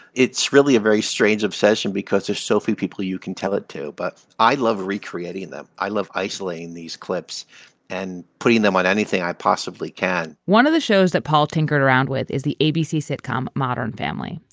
it's really a very strange obsession because there's so few people you can tell it to, but i love recreating them. i love isolating these clips and putting them on anything i possibly can one of the shows that paul tinkered around with is the abc sitcom modern family.